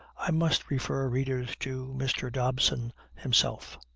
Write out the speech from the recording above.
i must refer readers to mr. dobson himself.